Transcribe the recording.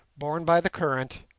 borne by the current,